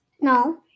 No